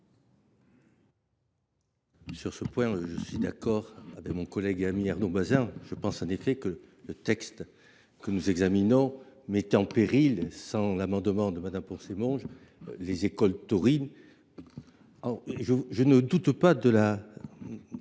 Sur ce point, je suis d’accord avec mon collègue et ami Arnaud Bazin. Je pense en effet que le texte que nous examinons mettait en péril, même sans l’amendement de Mme Poncet Monge, les écoles taurines. Je ne doute pas des